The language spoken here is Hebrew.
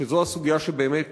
שזו הסוגיה שבאמת